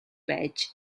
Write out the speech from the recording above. байж